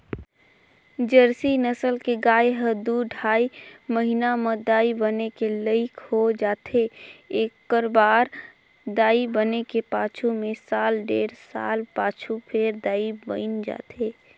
Jersey नसल के गाय ह दू ढ़ाई महिना म दाई बने के लइक हो जाथे, एकबार दाई बने के पाछू में साल डेढ़ साल पाछू फेर दाई बइन जाथे